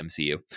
MCU